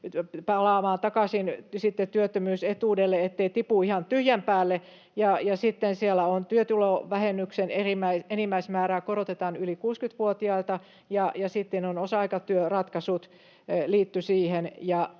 palaamaan takaisin työttömyysetuudelle, ettei tipu ihan tyhjän päälle. Sitten työtulovähennyksen enimmäismäärää korotetaan yli 60-vuotiailta, ja sitten osa-aikatyöratkaisut liittyvät siihen